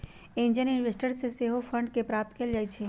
angel investors से सेहो fund के प्राप्त कएल जाइ छइ